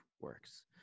works